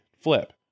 flip